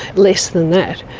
less than that.